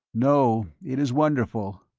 no, it is wonderful,